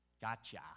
gotcha